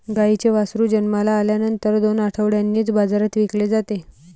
गाईचे वासरू जन्माला आल्यानंतर दोन आठवड्यांनीच बाजारात विकले जाते